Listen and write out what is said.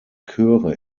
chöre